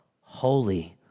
holy